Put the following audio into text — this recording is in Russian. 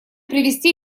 привести